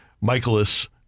Michaelis